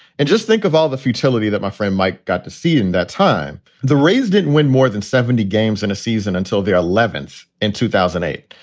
and just think of all the futility that my friend mike got to see in that time. the rays didn't win more than seventy games in a season until the eleventh in two thousand and eight.